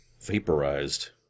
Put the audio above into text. Vaporized